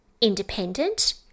independent